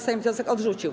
Sejm wniosek odrzucił.